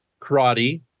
Karate